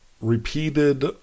repeated